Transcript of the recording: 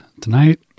tonight